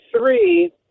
three